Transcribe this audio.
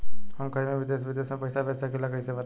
हम कहीं भी देश विदेश में पैसा भेज सकीला कईसे बताई?